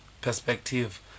perspective